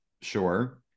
sure